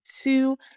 two